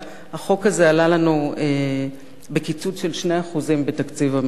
החוק הזה עלה לנו בקיצוץ של 2% בתקציב המדינה.